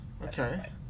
Okay